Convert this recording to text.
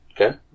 Okay